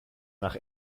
nach